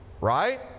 right